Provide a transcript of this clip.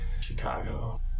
Chicago